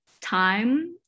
time